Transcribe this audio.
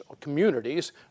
communities